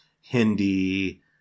Hindi